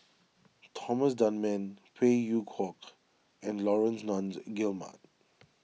Thomas Dunman Phey Yew Kok and Laurence Nunns Guillemard